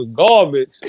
garbage